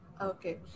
Okay